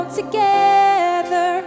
together